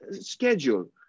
schedule